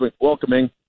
welcoming